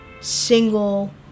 single